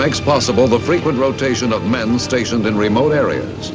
makes possible the frequent rotation of men stationed in remote areas